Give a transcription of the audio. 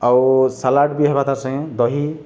ଆଉ ସାଲାଡ଼ ବି ହେବା ତା' ସାଙ୍ଗେ ଦହି